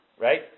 right